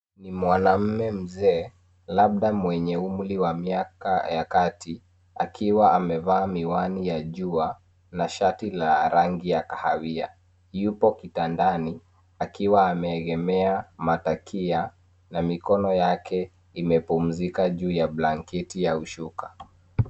Ni mwanaume mzee labda mwenye umri wa miaka ya kati, akiwa amevaa miwani ya jua na shati la rangi ya kahawia, yupo kitandani akiwa ameegemea matakia na mikono yake imepumzika juu ya blanketi au shuka.